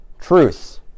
Truth